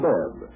Bed